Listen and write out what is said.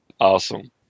Awesome